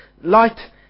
Light